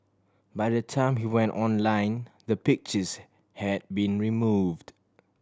by the time he went online the pictures had been removed